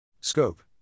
SCOPE